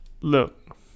look